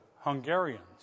Hungarians